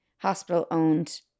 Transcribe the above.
hospital-owned